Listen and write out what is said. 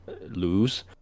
lose